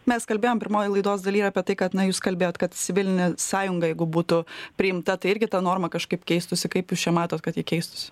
mes kalbėjom pirmoj laidos daly ir apie tai kad na jūs kalbėjot kad civilinė sąjunga jeigu būtų priimta tai irgi ta norma kažkaip keistųsi kaip jūs čia matot kad ji keistųsi